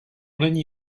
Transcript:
není